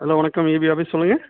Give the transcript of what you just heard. hello வணக்கம் EB office சொல்லுங்கள்